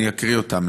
אני אקריא אותן,